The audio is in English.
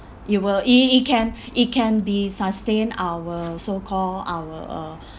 you will it it it can it can be sustain our so call our uh